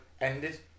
ended